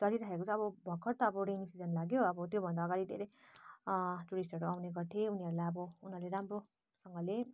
चलिरहेको छ अब भर्खर त अब रेनी सिजन लाग्यो अब त्योभन्दा अगाडि धेरै टुरिस्टहरू आउने गर्थे उनीहरूलाई अब उनीहरूले राम्रोसँगले